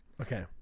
okay